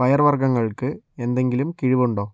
പയർ വർഗ്ഗങ്ങൾക്ക് എന്തെങ്കിലും കിഴിവ് ഉണ്ട്